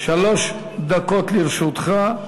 שלוש דקות לרשותך,